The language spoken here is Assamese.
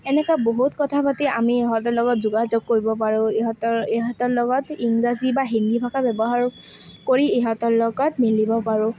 এনেকুৱা বহুত কথা পাতি আমি ইহঁতৰ লগত যোগাযোগ কৰিব পাৰোঁ ইহঁতৰ ইহঁতৰ লগত ইংৰাজী বা হিন্দী ভাষাৰ ব্যৱহাৰ কৰি ইহঁতৰ লগত মিলিব পাৰোঁ